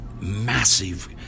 massive